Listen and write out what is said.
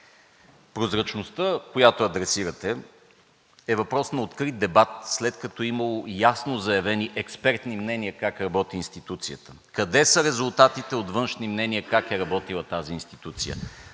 Прозрачността, която адресирате, е въпрос на открит дебат след като е имало ясно заявени експертни мнения как работи институцията. Къде са резултатите от външни мнения как е работила тази институция?